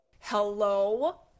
Hello